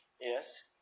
yes